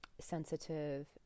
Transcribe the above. sensitive